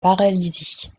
paralysie